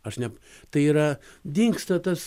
aš ne tai yra dingsta tas